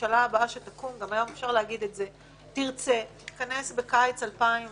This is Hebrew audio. הממשלה הבאה שתקום תרצה, תתכנס בקיץ 2019